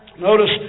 notice